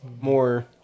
more